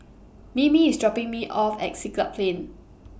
Mimi IS dropping Me off At Siglap Plain